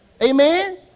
Amen